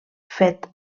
fet